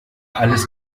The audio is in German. alles